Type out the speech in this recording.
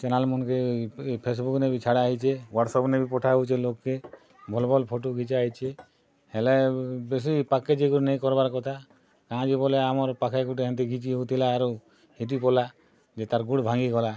channel ମନ୍ କେ ଏ ଫେସବୁକ୍ ନେଇ ଛାଡ଼ା ହେଇଚେ ହ୍ବାଟସପ୍ ନେ ପଠା ହଉଚେ ଲୋକ୍ କେ ଭଲ୍ ଭଲ୍ ଫଟୋ ଘିଚା ହେଇଛେ ହେଲେ ବେଶୀ ପାଖ୍ କେ ଯେଇ କରି ନେଇ କରବାର୍ କଥା ତାଙ୍କେ ବୋଲେ ଆମର୍ ପାଖେ ଗୋଟେ ଏନ୍ତା କିଛି ହଉଥିଲା ଆର୍ ହେଟି ପଲା ଯେ ତାର୍ ଗୁଡ଼୍ ଭାଙ୍ଗି ଗଲା